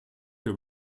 der